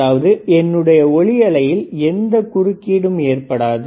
அதாவது என்னுடைய ஒலி அலையில் எந்த குறுக்கீடும் ஏற்படாது